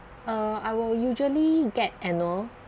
uh I will usually get annual